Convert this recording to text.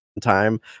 time